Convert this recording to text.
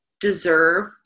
deserve